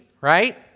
right